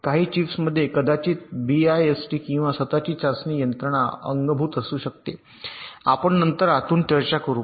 काही चिप्समध्ये कदाचित बीआयएसटी किंवा स्वत ची चाचणी यंत्रणा अंगभूत असू शकते आपण नंतर आतून चर्चा करू